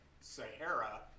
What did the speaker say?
Sahara